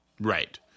Right